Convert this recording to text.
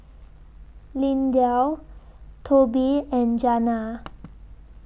Lindell Tobin and Janna